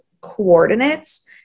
coordinates